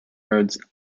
roads